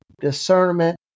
discernment